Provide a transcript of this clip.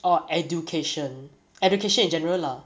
orh education education in general lah